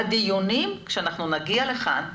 בדיונים, כשאנחנו נגיע לכאן,